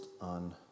on